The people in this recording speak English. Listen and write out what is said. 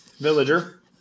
villager